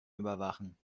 überwachen